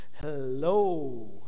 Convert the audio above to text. hello